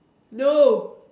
no